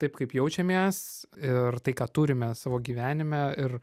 taip kaip jaučiamės ir tai ką turime savo gyvenime ir